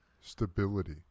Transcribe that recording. stability